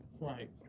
Right